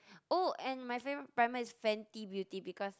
oh and my favorite primer is Fenty Beauty because